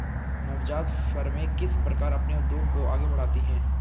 नवजात फ़र्में किस प्रकार अपने उद्योग को आगे बढ़ाती हैं?